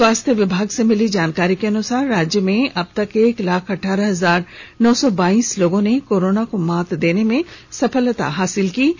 स्वास्थ्य विभाग से मिली जानकारी के अनुसार राज्य में अब तक एक लाख अठ्ठारह हजार नौ सौ बाईस लोगों ने कोरोना को मात देने में सफलता हासिल की है